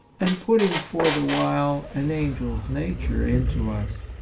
and putting for the while an angel's nature into us.